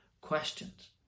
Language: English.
questions